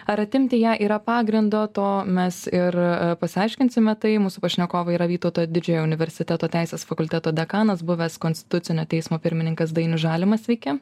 ar atimti ją yra pagrindo to mes ir pasiaiškinsime tai mūsų pašnekovai yra vytauto didžiojo universiteto teisės fakulteto dekanas buvęs konstitucinio teismo pirmininkas dainius žalimas sveiki